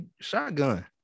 shotgun